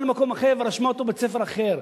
למקום אחר ורשמה אותו בבית-ספר אחר,